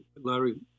Larry